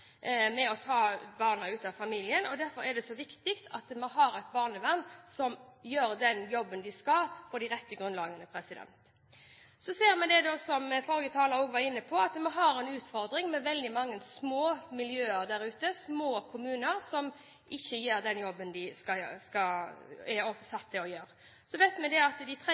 å ta barna ut av familien. Derfor er det så viktig at vi har et barnevern som gjør den jobben det skal, på det rette grunnlaget. Så har vi, som forrige taler også var inne på, en utfordring med at det er veldig mange små miljøer der ute, små kommuner som ikke gjør den jobben de er satt til å gjøre. Vi vet at de trenger kompetanseheving, de